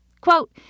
Quote